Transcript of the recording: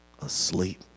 asleep